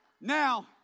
Now